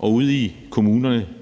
ude i kommunerne